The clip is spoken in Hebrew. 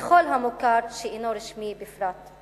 ובכל המוכר שאינו רשמי בפרט.